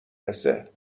رسه